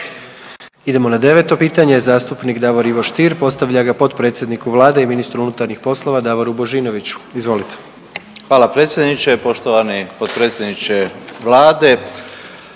Idemo na 9 pitanje, zastupnik Davor Ivo Stier postavlja ga potpredsjedniku Vlade i ministru unutarnjih poslova Davoru Božinoviću. Izvolite. **Stier, Davor Ivo (HDZ)** Hvala predsjedniče. Poštovani potpredsjedniče Vlade,